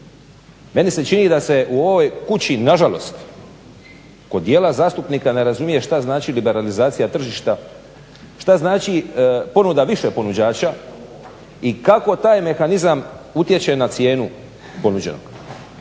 meni se čini da se u ovoj kući nažalost kod djela zastupnika ne razumije šta znači liberalizacija tržišta, šta znači ponuda više ponuđača i kako taj mehanizam utječe na cijenu ponuđenog.